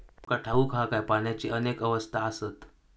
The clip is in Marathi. तुमका ठाऊक हा काय, पाण्याची अनेक अवस्था आसत?